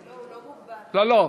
לא, לא.